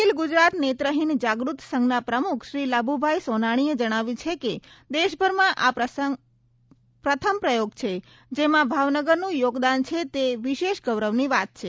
અખિલ ગુજરાત નેત્રહીન જાગ્રત સંઘના પ્રમુખ શ્રી લાભુભાઇ સોનાણીએ જણાવ્યું છે કે દેશભરમાં આ પ્રથમ પ્રયોગ છે જેમાં ભાવનગરનું યોગદાન છે તે વિશેષ ગૌરવની વાત છે